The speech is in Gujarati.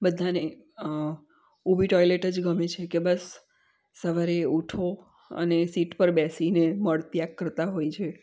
બધાને ઊભી ટોઇલેટ જ ગમે છે કે બસ સવારે ઊઠો અને સીટ પર બેસીને મળ ત્યાગ કરતા હોય છે